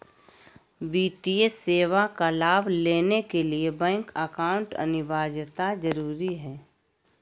वित्तीय सेवा का लाभ लेने के लिए बैंक अकाउंट अनिवार्यता जरूरी है?